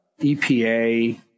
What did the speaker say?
EPA